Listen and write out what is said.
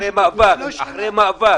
אחרי מאבק.